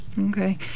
Okay